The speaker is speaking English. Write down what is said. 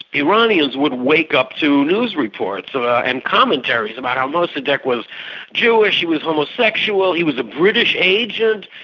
iranians would wake up to news reports and commentaries about how mossadeq was jewish, he was homosexual, he was a british agent,